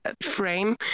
frame